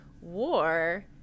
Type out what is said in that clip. war